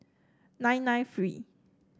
nine nine three